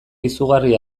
izugarri